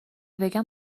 بگم